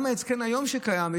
גם ההתקן שקיים היום,